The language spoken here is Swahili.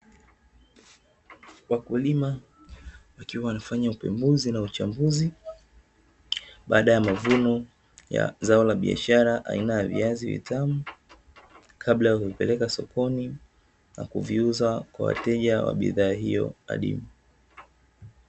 Wakulima wakiwa wanafanya upembuzi na uchambuzi baada ya mavuno ya zao la biashara aina ya viazi vitamu, kabla ya kuvipeleka sokoni na kuviuza kwa wateja wa bidhaa hiyo adimu.